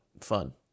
Fun